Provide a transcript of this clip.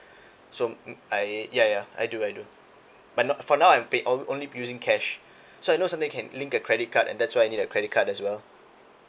so I ya ya I do I do but not for now I pay only using cash so I know sometimes can link a credit card and that's why I need a credit card as well